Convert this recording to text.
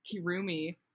kirumi